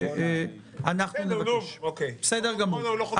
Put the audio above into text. בסדר גמור.